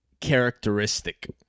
characteristic